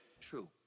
True